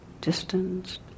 distanced